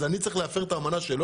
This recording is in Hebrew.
אז אני צריך להפר את האמנה שלו?